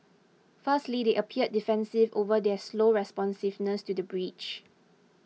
firstly they appeared defensive over their slow responsiveness to the breach